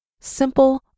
simple